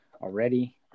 already